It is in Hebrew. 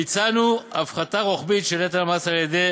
ביצענו הפחתה רוחבית של נטל המס על-ידי